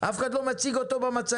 אף אחד לא מציג אותו במצגות.